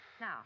Now